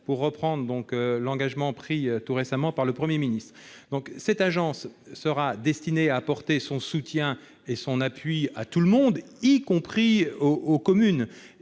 pour reprendre l'engagement pris tout récemment par le Premier ministre. Cette agence sera destinée à apporter son soutien et son appui à tout le monde. Il faut que